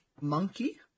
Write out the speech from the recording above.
monkey